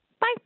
Bye